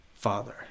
father